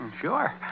Sure